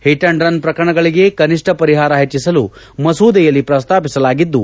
hit and run ಪ್ರಕರಣಗಳಿಗೆ ಕನಿಷ್ನ ಪರಿಹಾರ ಹೆಚ್ಚಿಸಲು ಮಸೂದೆಯಲ್ಲಿ ಪ್ರಸ್ತಾಪಿಸಲಾಗಿದ್ದು